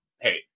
hey